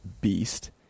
beast